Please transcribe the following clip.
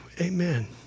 Amen